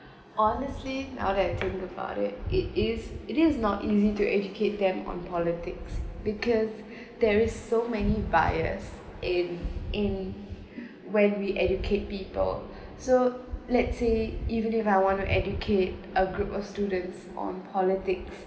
honestly now that think about it it is it is not easy to educate them on politics because there is so many buyers in in when we educate people so let's say even if I want to educate a group of students on politics